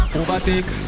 overtake